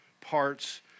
parts